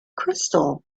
crystal